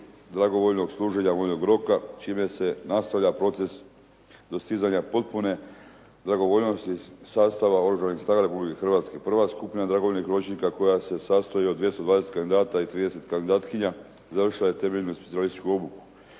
dragovoljnog služenja vojnog roka čime se nastavlja proces dostizanja potpune dragovoljnosti sastava Oružanih snaga Republike Hrvatske. Prva skupina dragovoljnih ročnika koja se sastoji od 220 kandidata i 30 kandidatkinja završila je temeljnu specijalističku obuku.